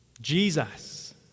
Jesus